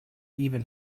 even